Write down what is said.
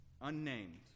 unnamed